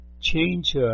change